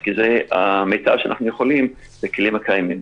זה המיטב שאנחנו יכולים בכלים הקיימים,